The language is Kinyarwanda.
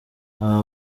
aba